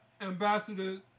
Ambassador